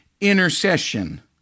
intercession